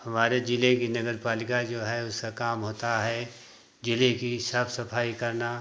हमारे ज़िले कि नगर पालिका जो है उसका काम होता है ज़िले की साफ सफाई करना